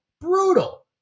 brutal